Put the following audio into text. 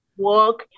work